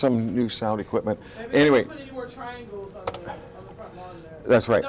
some new sound equipment anyway that's right